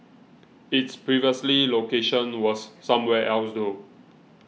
its previous location was somewhere else though